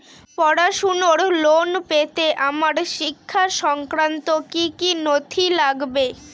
পড়াশুনোর লোন পেতে আমার শিক্ষা সংক্রান্ত কি কি নথি লাগবে?